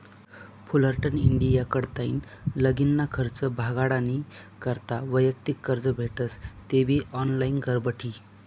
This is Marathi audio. फुलरटन इंडिया कडताईन लगीनना खर्च भागाडानी करता वैयक्तिक कर्ज भेटस तेबी ऑनलाईन घरबठी